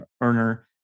earner